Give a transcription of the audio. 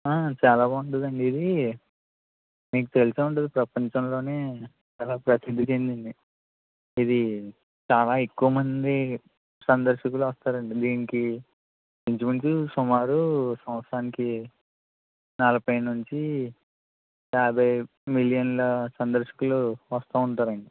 చాలా బాగుంటుదండి ఇది మీకు తెలిసే ఉంటుంది ప్రపంచంలోనే చాలా ప్రసిద్ధి చెందింది ఇది చాలా ఎక్కువ మంది సందర్శకులు వస్తారండి దీనికి ఇంచుమించు సుమారు సంవత్సరానికి నలభై నుంచి యాభై మిలియన్ల సందర్శకులు వస్తూ ఉంటారండి